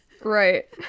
Right